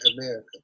america